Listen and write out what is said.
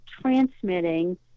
transmitting